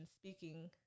speaking